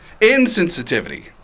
Insensitivity